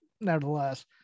nevertheless